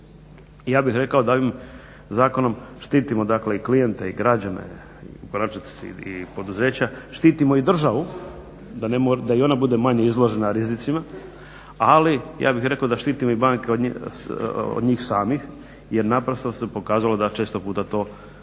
Ja bih rekao da ovim zakonom štitimo dakle i klijente i građane i … i poduzeća, štitimo i državu da i ona bude manje izložena rizicima, ali ja bih rekao da štitimo i banke od njih samih jer naprosto se pokazalo da često puta to za